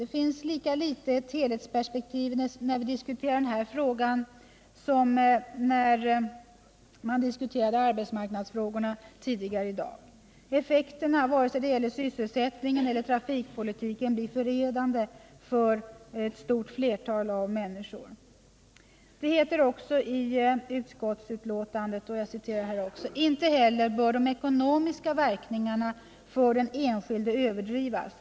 Det finns lika litet ett helhetsperspektiv när vi diskuterar den här frågan som när arbetsmarknadsfrågorna diskuterades tidigare i dag. Effekterna, vare sig det gäller sysselsättningen eller trafikpolitiken, blir förödande för det stora flertalet av människor. Det heter också i utskottsbetänkandet: ”Inte heller bör de ekonomiska Nr 110 verkningarna för den enskilde överdrivas.